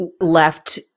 left